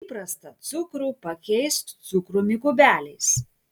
įprastą cukrų pakeisk cukrumi kubeliais